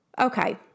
okay